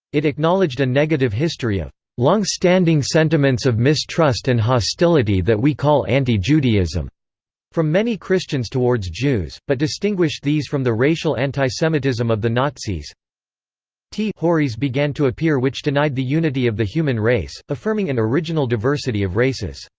it acknowledged a negative history of long-standing sentiments of mistrust and hostility that we call anti-judaism from many christians towards jews, but distinguished these from the racial antisemitism of the nazis t heories began to appear which denied the unity of the human race, affirming an original diversity of races.